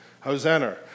Hosanna